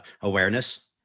awareness